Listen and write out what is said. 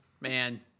Man